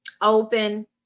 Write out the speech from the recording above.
open